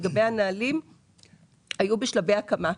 לגבי הנהלים היו בשלבי הקמה.